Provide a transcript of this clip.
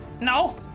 No